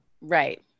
right